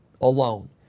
alone